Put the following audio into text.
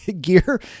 gear